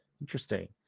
Interesting